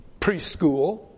preschool